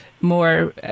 more